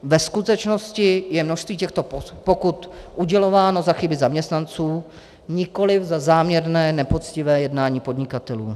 Ve skutečnosti je množství těchto pokut udělováno za chyby zaměstnanců, nikoli za záměrné nepoctivé jednání podnikatelů.